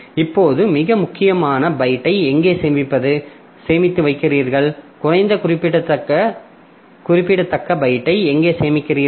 இப்போது மிக முக்கியமான பைட்டை எங்கே சேமித்து வைக்கிறீர்கள் குறைந்த குறிப்பிடத்தக்க பைட்டை எங்கே சேமிக்கிறீர்கள்